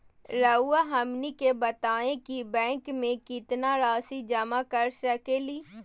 रहुआ हमनी के बताएं कि बैंक में कितना रासि जमा कर सके ली?